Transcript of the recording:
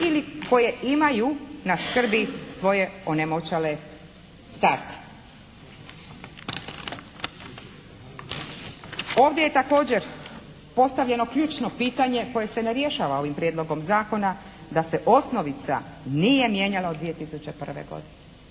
ili koje imaju na skrbi svoje onemoćale starce. Ovdje je također postavljeno ključno pitanje koje se ne rješava ovim Prijedlogom zakona da se osnovica nije mijenjala od 2001. godine.